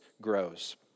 grows